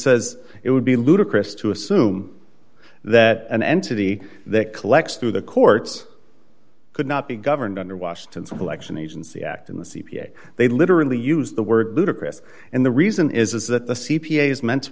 says it would be ludicrous to assume that an entity that collects through the courts could not be governed under washington selection agency act in the c p a they literally use the word ludicrous and the reason is is that the c p a is meant to